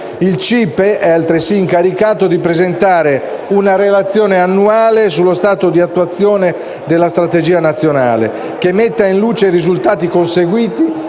Il CIPE è altresì incaricato di presentare una relazione annuale sullo stato di attuazione della Strategia nazionale che metta in luce i risultati conseguiti,